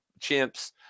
chimps